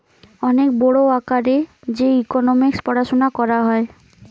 অনেক বড় আকারে যে ইকোনোমিক্স পড়াশুনা করা হয়